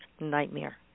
nightmare